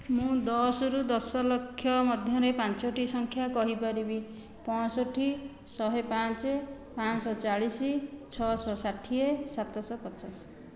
ମୁଁ ଦଶରୁ ଦଶ ଲକ୍ଷ ମଧ୍ୟରେ ପାଞ୍ଚୋଟି ସଂଖ୍ୟା କହିପାରିବି ପଞ୍ଚଷଠି ଶହେ ପାଞ୍ଚ ପାଞ୍ଚଶହ ଚାଳିଶ ଛଅଶହ ଷାଠିଏ ସାତଶହ ପଚାଶ